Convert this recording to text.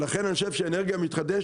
לכן אני חושב שאנרגיה מתחדשת,